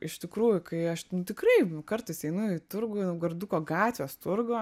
iš tikrųjų kai aš ten tikrai kartais einu į turgų į naugarduko gatvės turgų